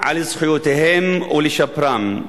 על זכויותיהם או לשפרן.